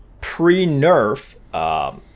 pre-nerf